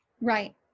Right